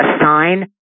assign